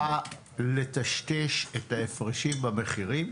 התנובה לא הייתה צריכה לטשטש את ההפרשים במחירים?